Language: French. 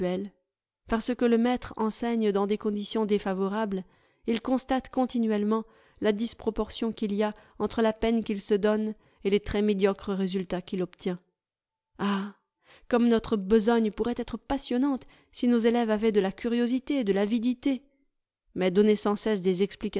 parce que le maître enseigne dans des conditions défavorables il constate continuellement la disproportion qu'il y a entre la peine qu'il se donne et les très médiocres résultats qu'il obtient ah comme notre besogne pourrait être passionnante si nos élèves avaient de la curiosité de l'avidité mais donner sans cesse des